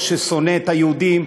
או שהוא שונא את היהודים,